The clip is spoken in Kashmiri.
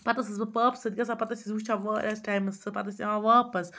پَتہٕ ٲسٕس بہٕ پاپَس سۭتۍ گژھان پَتہٕ ٲسۍ أسۍ وٕچھان واریَہَس ٹایمَس سُہ پَتہٕ ٲسۍ یِوان واپَس